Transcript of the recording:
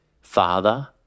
Father